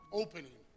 opening